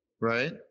right